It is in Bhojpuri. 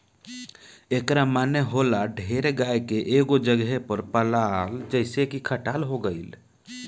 एकरा माने होला ढेर गाय के एगो जगह पर पलाल जइसे की खटाल हो गइल